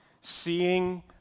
Seeing